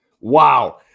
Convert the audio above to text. Wow